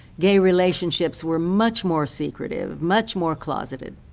gay relationships were much more secretive, much more closeted.